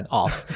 off